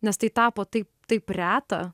nes tai tapo taip taip reta